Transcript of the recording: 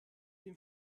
dem